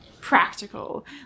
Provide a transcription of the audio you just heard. practical